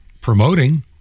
promoting